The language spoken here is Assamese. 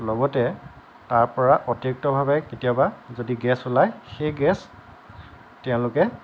লগতে তাৰ পৰা অতিৰিক্তভাৱে কেতিয়াবা যদি গেছ ওলাই সেই গেছ তেওঁলোকে